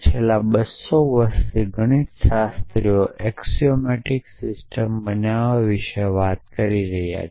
છેલ્લાં 200 વર્ષોથી ગણિતશાસ્ત્રીઓ એક્સિઓમેટિક સિસ્ટમ બનાવવા વિશે વાત કરી રહ્યા છે